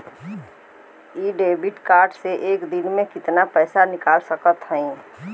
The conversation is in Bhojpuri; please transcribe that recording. इ डेबिट कार्ड से एक दिन मे कितना पैसा निकाल सकत हई?